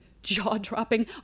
jaw-dropping